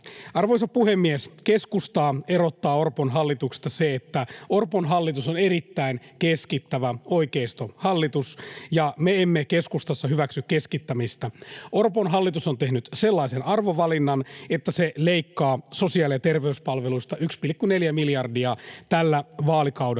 Arvoisa puhemies! Keskustaa erottaa Orpon hallituksesta se, että Orpon hallitus on erittäin keskittävä oikeistohallitus ja me emme keskustassa hyväksy keskittämistä. Orpon hallitus on tehnyt sellaisen arvovalinnan, että se leikkaa sosiaali- ja terveyspalveluista 1,4 miljardia tällä vaalikaudella.